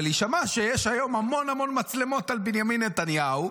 אבל היא שמעה שיש היום המון המון מצלמות על בנימין נתניהו,